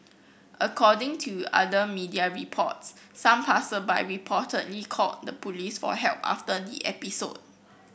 according to other media reports some passersby reportedly called the police for help after the episode